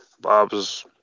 Bob's